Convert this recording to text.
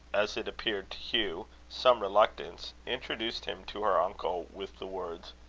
as it appeared to hugh some reluctance, introduced him to her uncle, with the words